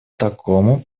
такому